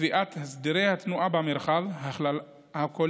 קביעת הסדרי התנועה במרחב הכוללים